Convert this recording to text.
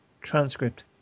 transcript